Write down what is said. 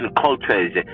cultures